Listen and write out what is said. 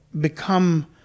become